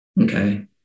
Okay